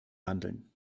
handeln